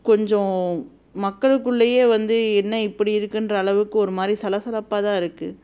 கொஞ்சம் மக்கள்குள்ளேயே வந்து என்ன இப்படி இருக்கின்ற அளவுக்கு ஒருமாதிரி சலசலப்பாக தான் இருக்குது